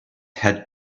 had